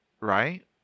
right